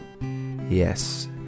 Yes